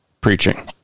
preaching